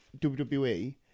WWE